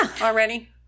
already